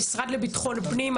במשרד לביטחון פנים,